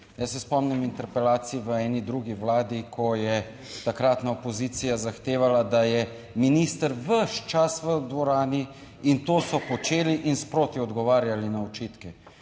Jaz se spomnim interpelacij v eni drugi vladi, ko je takratna opozicija zahtevala, da je minister ves čas v dvorani in to so počeli in sproti odgovarjali na očitke.